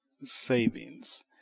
savings